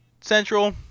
Central